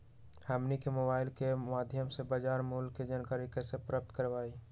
हमनी के मोबाइल के माध्यम से बाजार मूल्य के जानकारी कैसे प्राप्त करवाई?